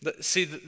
See